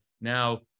now